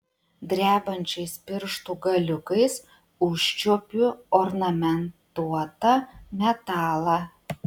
drebančiais pirštų galiukais užčiuopiu ornamentuotą metalą